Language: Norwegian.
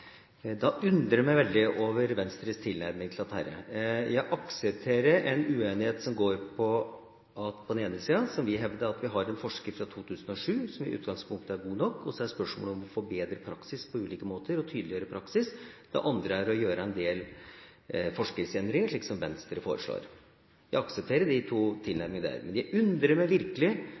Da undrer jeg meg veldig over Venstres tilnærming til dette. Jeg aksepterer en uenighet som går på at vi, på den ene siden, som vi hevder, har en forskrift fra 2007, som i utgangspunktet er god nok, og så er det spørsmål om å få bedre praksis på ulike måter og tydeliggjøre praksis. Det andre er å gjøre en del forskriftsendringer, slik som Venstre foreslår. Jeg aksepterer disse to tilnærmingene, men jeg undrer meg virkelig